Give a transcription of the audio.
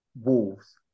Wolves